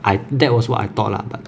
I that was what I thought lah but